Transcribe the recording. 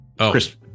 Chris